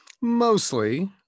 Mostly